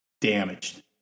damaged